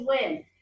win